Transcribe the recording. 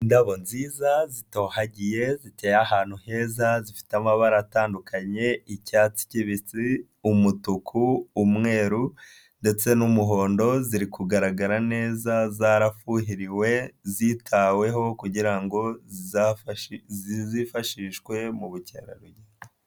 Indabo nziza zitohagiye ziteye ahantu heza zifite amabara atandukanye, icyatsi kibisi umutuku, umweru ndetse n'umuhondo ziri kugaragara neza zarafuhiriwe zitaweho, kugira ngo zizifashishwe mu bukerarugendo.